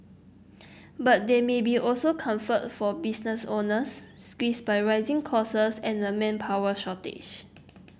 but there may be also comfort for business owners squeezed by rising costs and a manpower shortage